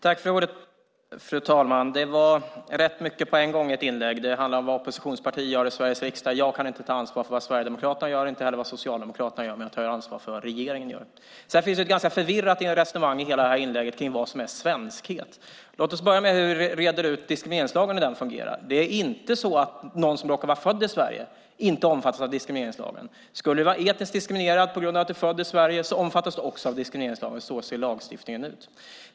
Fru talman! Det var rätt mycket på en gång i ditt inlägg. Det handlar om vad oppositionspartier gör i Sveriges riksdag. Jag kan inte ta ansvar för vad Sverigedemokraterna gör, inte heller vad Socialdemokraterna gör, men jag tar ansvar för vad regeringen gör. Det finns ett ganska förvirrat resonemang kring vad som är svenskhet. Låt oss reda ut hur diskrimineringslagen fungerar. Det är inte så att någon som råkar vara född i Sverige inte omfattas av diskrimineringslagen. Skulle du vara etniskt diskriminerad på grund av att du är född i Sverige omfattas du också av diskrimineringslagen. Så ser lagstiftningen ut.